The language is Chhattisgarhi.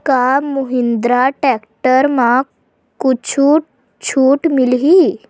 का महिंद्रा टेक्टर म कुछु छुट मिलही?